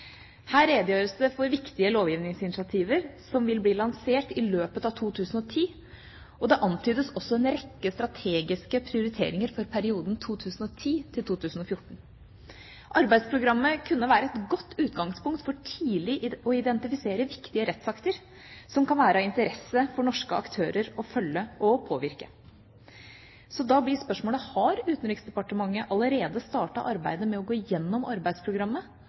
Her redegjøres det for viktige lovgivningsinitiativ som vil bli lansert i løpet av 2010. Det antydes også en rekke strategiske prioriteringer for perioden 2010–2014. Arbeidsprogrammet kunne være et godt utgangspunkt for tidlig å identifisere viktige rettsakter som kan være av interesse for norske aktører å følge og å påvirke. Da blir spørsmålet: Har Utenriksdepartementet allerede startet arbeidet med å gå gjennom arbeidsprogrammet